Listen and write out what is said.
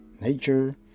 Nature